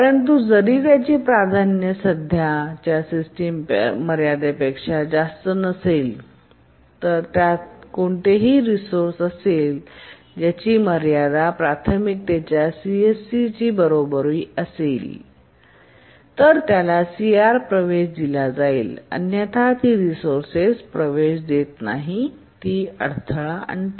परंतु जरी त्याची प्राधान्य सध्याच्या सिस्टीम मर्यादेपेक्षा जास्त नसेल परंतु जर त्यात असे कोणतेही रिसोर्से असेल ज्याची मर्यादा प्राथमिकता सीएससीच्या बरोबरीची असेल तर त्याला CR प्रवेश देखील दिला जाईल अन्यथा ती रिसोर्सेस स प्रवेश देत नाही आणि ती अडथळा आणते